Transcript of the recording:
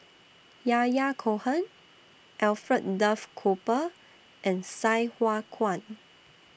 Yahya Cohen Alfred Duff Cooper and Sai Hua Kuan